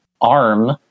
arm